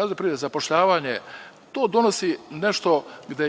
razvoj privrede, zapošljavanje, to donosi nešto gde